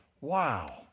Wow